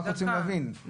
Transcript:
ולהפעיל באופן ישיר סנקציות,